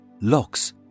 locks